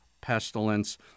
pestilence